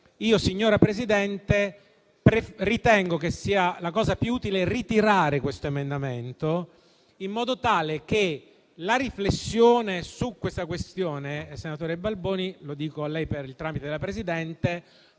Io, signora Presidente, ritengo che la cosa più utile sia ritirare questo emendamento, in modo tale che possa proseguire la riflessione sulla questione. Senatore Balboni, lo dico a lei per il tramite della Presidente.